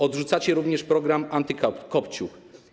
Odrzucacie również program antykopciuch.